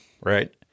right